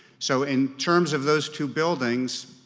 so in terms of those two buildings,